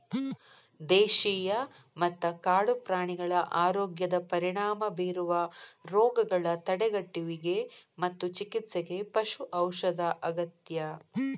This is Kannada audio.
ದೇಶೇಯ ಮತ್ತ ಕಾಡು ಪ್ರಾಣಿಗಳ ಆರೋಗ್ಯದ ಪರಿಣಾಮ ಬೇರುವ ರೋಗಗಳ ತಡೆಗಟ್ಟುವಿಗೆ ಮತ್ತು ಚಿಕಿತ್ಸೆಗೆ ಪಶು ಔಷಧ ಅಗತ್ಯ